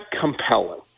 compelling